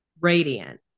radiant